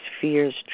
fears